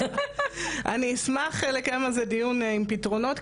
אני אשמח לקיים על זה דיון עם פתרונות,